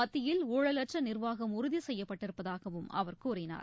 மத்தியில் ஊழலற்றநிர்வாகம் உறுதிசெய்யப்பட்டிருப்பதாகவும் அவர் கூறினார்